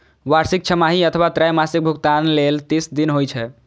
वार्षिक, छमाही अथवा त्रैमासिक भुगतान लेल तीस दिन होइ छै